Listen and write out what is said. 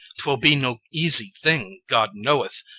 twill be no easy thing, god knoweth.